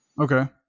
Okay